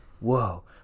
whoa